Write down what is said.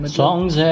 songs